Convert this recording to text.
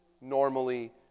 normally